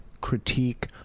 critique